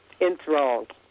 enthralled